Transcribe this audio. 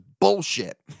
bullshit